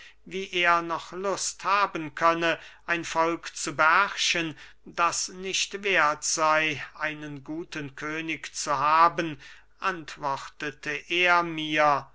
wie er noch lust haben könne ein volk zu beherrschen das nicht werth sey einen guten könig zu haben antwortete er mir